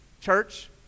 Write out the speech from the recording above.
Church